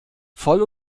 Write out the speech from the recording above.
voll